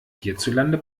hierzulande